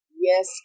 yes